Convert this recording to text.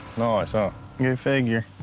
nice, huh? go figure.